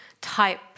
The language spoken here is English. type